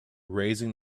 raising